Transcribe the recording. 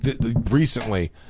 recently